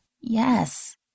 Yes